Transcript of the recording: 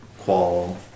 qual